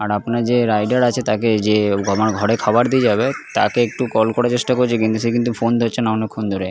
আর আপনার যে রাইডার আছে তাকে যে আমার ঘরে খাবার দিয়ে যাবে তাকে একটু কল করার চেষ্টা করছি কিন্তু সে কিন্তু ফোন ধরছে না অনেকক্ষণ ধরে